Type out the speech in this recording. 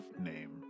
name